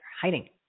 hiding